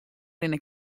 rinne